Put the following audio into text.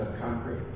concrete